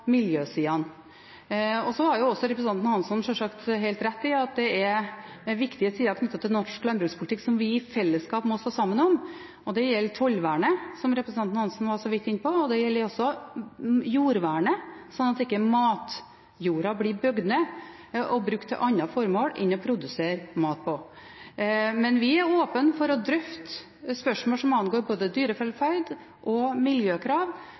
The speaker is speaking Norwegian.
miljøsidene. Så har representanten Hansson sjølsagt helt rett i at det er viktige sider knyttet til norsk landbrukspolitikk som vi i fellesskap må stå sammen om. Det gjelder tollvernet, som representanten Hansson så vidt var inne på, og det gjelder også jordvernet, at matjorda ikke blir bygd ned og brukt til andre formål enn til å produsere mat. Men vi er åpne for å drøfte spørsmål som angår både dyrevelferd og miljøkrav,